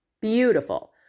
beautiful